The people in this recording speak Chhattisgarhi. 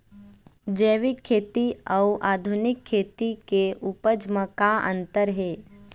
जैविक खेती अउ आधुनिक खेती के उपज म का अंतर हे?